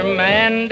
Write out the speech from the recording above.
man